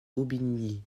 aubigny